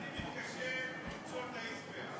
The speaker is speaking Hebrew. אני מתקשה למצוא את ההסבר.